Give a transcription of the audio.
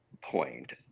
point